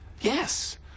Yes